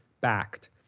backed